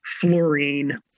fluorine